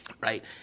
right